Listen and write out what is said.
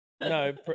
No